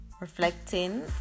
reflecting